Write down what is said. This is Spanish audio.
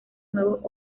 nuevos